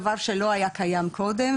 דבר שלא היה קיים קודם.